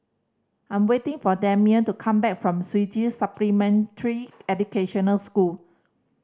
I am waiting for Damian to come back from Swedish Supplementary Educational School